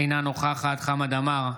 אינה נוכחת חמד עמאר,